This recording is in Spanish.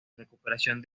recuperación